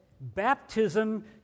baptism